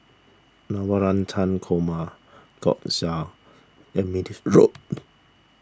Navratan Korma Gyoza and